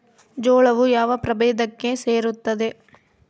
ಜೋಳವು ಯಾವ ಪ್ರಭೇದಕ್ಕೆ ಸೇರುತ್ತದೆ?